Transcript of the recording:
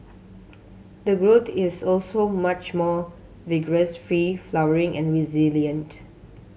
the growth is also much more vigorous free flowering and resilient